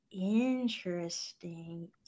Interesting